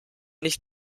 nicht